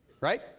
Right